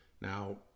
now